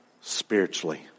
spiritually